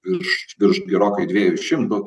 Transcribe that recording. virš virš gerokai dviejų šimtų